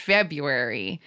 February